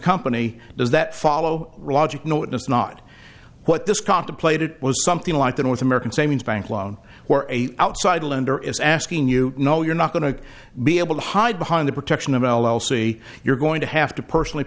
company those that follow logic know it is not what this contemplated was something like the north american savings bank loan or a outside lender is asking you know you're not going to be able to hide behind the protection of l l c you're going to have to personally